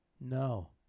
No